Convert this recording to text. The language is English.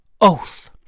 Oath